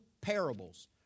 parables